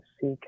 seek